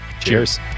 cheers